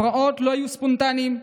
הפרעות לא היו ספונטניות.